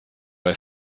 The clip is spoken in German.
bei